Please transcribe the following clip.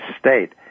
state